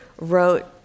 wrote